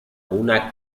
una